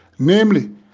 namely